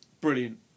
Brilliant